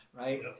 right